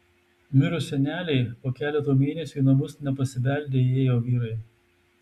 mirus senelei po keleto mėnesių į namus nepasibeldę įėjo vyrai